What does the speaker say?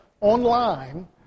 online